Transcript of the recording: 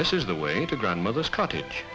this is the way to grandmother's cottage